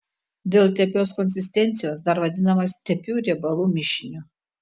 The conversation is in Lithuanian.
dėl tepios konsistencijos dar vadinamas tepiu riebalų mišiniu